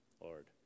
Lord